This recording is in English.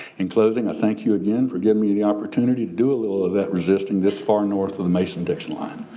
in closing, i thank you again for giving me the opportunity to do a little of that resisting this far north of the mason-dixon line.